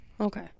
Okay